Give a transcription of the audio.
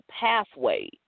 pathway